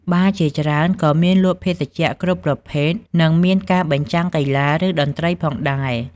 បារជាច្រើនក៏មានលក់ភេសជ្ជៈគ្រប់ប្រភេទ និងមានការបញ្ចាំងកីឡា ឬតន្ត្រីផងដែរ ។